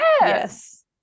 yes